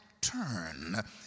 turn